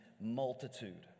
multitude